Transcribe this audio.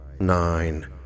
Nine